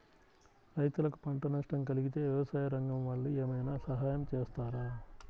రైతులకు పంట నష్టం కలిగితే వ్యవసాయ రంగం వాళ్ళు ఏమైనా సహాయం చేస్తారా?